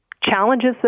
challenges